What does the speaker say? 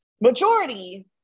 majority